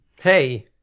Hey